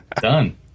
Done